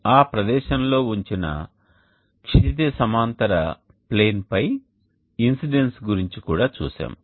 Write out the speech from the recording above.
ఆ ప్రదేశంలో ఉంచిన క్షితిజ సమాంతర ప్లేన్ పై ఇన్సిడెన్స్ గురించి కూడా చూశాము